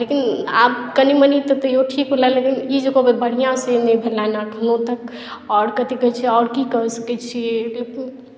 लेकिन आब कनि मनि तऽ तैयौ ठीक भेलय लेकिन ई जे कहबय बढ़िआँ से नहि भेलनि एखनो तक आओर कथी कहय छियै आओर की कऽ सकय छियै अइपर